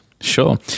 sure